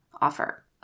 offer